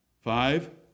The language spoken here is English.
Five